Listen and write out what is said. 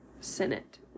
Senate